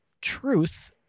truth